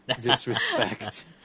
Disrespect